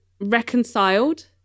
reconciled